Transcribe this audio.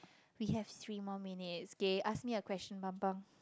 we have three more minutes okay ask me a question Bambang